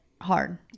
hard